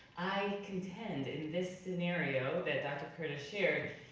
i contend, in this scenario that dr. curtis shared,